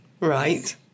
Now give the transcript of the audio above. Right